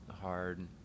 hard